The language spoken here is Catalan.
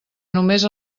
només